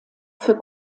für